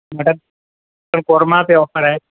مٹر قورمہ پہ آفر ہے